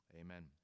Amen